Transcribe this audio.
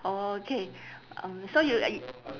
oh okay um so you